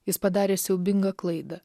jis padarė siaubingą klaidą